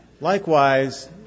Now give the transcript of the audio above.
Likewise